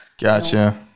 gotcha